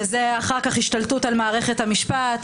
ואחר כך זה השתלטות על מערכת המשפט,